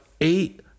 eight